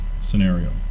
scenario